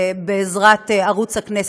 בעזרת ערוץ הכנסת.